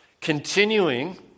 Continuing